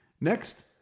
Next